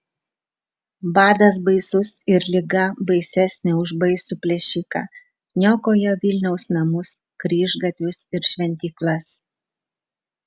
badas baisus ir liga baisesnė už baisų plėšiką niokoja vilniaus namus kryžgatvius ir šventyklas